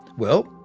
well,